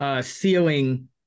ceiling